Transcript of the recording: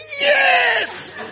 Yes